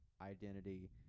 identity